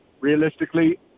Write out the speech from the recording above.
Realistically